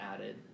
added